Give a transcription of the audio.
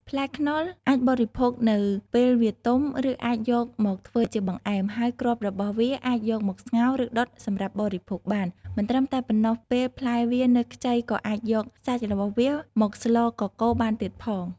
ផ្លែខ្នុរអាចបរិភោគនៅពែលវាទុំ ឬអាចយកមកធ្វើជាបង្អែម ហើយគ្រាប់របស់វាអាចយកមកស្ងោរ ឬដុតសម្រាប់បរិភោគបាន មិនត្រឹមតែប៉ុណ្នោះពេលផ្លែវានៅខ្ចីក៏អាចយកសាច់របស់វាមកស្លកកូរបានទៀតផង។